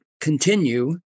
continue